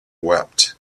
wept